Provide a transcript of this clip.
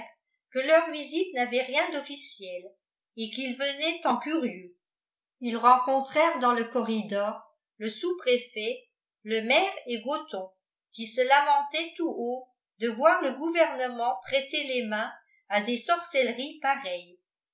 que leur visite n'avait rien d'officiel et qu'ils venaient en curieux ils rencontrèrent dans le corridor le sous-préfet le maire et gothon qui se lamentait tout haut de voir le gouvernement prêter les mains à des sorcelleries pareilles